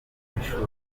ishuri